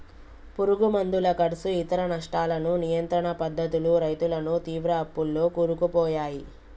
పురుగు మందుల కర్సు ఇతర నష్టాలను నియంత్రణ పద్ధతులు రైతులను తీవ్ర అప్పుల్లో కూరుకుపోయాయి